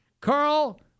Carl